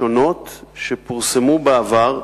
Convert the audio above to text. שונות שפורסמו בעבר.